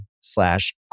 slash